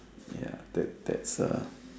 ya that that's a